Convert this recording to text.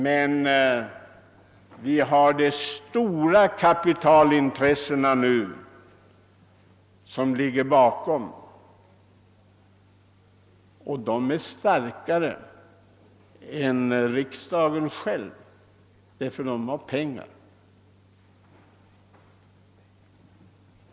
Det ligger emellertid numera stora kapitalintressen bakom kraven på detta område, och dessa är starkare än riksdagens.